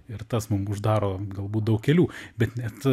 ir tas mum uždaro galbūt daug kelių bet net